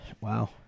wow